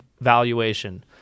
valuation